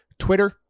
Twitter